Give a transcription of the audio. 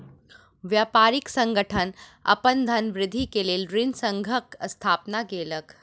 व्यापारी संगठन अपन धनवृद्धि के लेल ऋण संघक स्थापना केलक